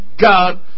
God